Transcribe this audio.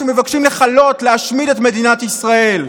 שמבקשים לכלות ולהשמיד את מדינת ישראל.